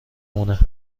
مونه